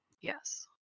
Yes